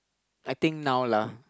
I think now lah